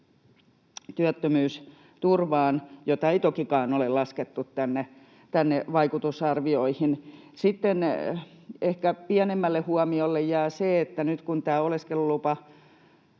työttömyysturvaan, jota ei tokikaan ole laskettu tänne vaikutusarvioihin. Sitten ehkä pienemmälle huomiolle jää se, että nyt kun tämä oleskelulupajärjestelmä